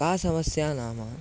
का समस्या नाम